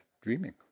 dreaming